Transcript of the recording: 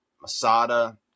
Masada